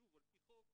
שוב על פי חוק,